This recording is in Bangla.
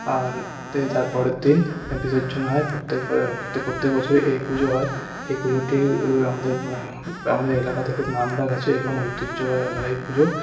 আর তারপরের দিন বিসর্জন হয় প্রত্যেকবার প্রত্যেক বছরই এই পুজো হয় এই পুজোটি আমাদের আমাদের এলাকাতে খুব নাম ডাক আছে এবং ঐতিহ্যবাহী পুজো